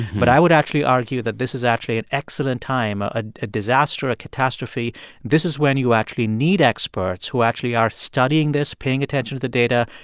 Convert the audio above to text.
but i would actually argue that this is actually an excellent time ah ah a disaster, a catastrophe this is when you actually need experts who actually are studying this, paying attention to the data,